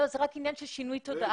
לא, זה רק עניין של שינוי תודעה.